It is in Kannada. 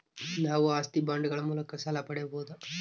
ನಾವು ಆಸ್ತಿ ಬಾಂಡುಗಳ ಮೂಲಕ ಸಾಲ ಪಡೆಯಬಹುದಾ?